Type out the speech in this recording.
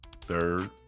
Third